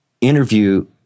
interview